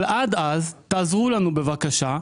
אבל עד אז, תעזרו לנו בבקשה,